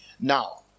Now